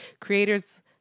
Creators